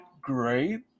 great